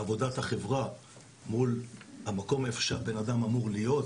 עבודת החברה מול המקום איפה שהבן אדם אמור להיות,